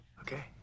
Okay